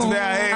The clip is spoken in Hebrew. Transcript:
עורך כתבי העת.